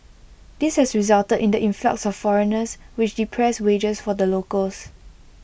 this has resulted in the influx of foreigners which depressed wages for the locals